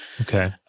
Okay